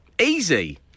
Easy